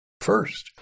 first